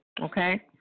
Okay